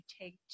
take